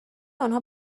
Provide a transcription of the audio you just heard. آنها